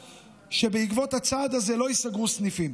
שבעקבות הצעד הזה לא ייסגרו סניפים.